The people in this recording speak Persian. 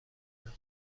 لطفا